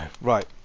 Right